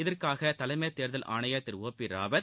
இதற்காக தலைமத் தேர்தல் ஆணையர் திரு ஓ பி ராவத்